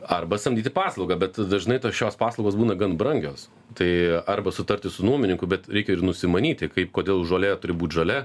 arba samdyti paslaugą bet dažnai tos šios paslaugos būna gan brangios tai arba sutarti su nuomininku bet reikia ir nusimanyti kaip kodėl žolė turi būt žalia